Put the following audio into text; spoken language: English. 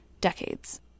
Decades